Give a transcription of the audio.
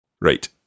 Right